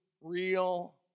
real